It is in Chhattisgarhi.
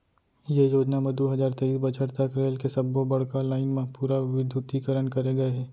ये योजना म दू हजार तेइस बछर तक रेल के सब्बो बड़का लाईन म पूरा बिद्युतीकरन करे गय हे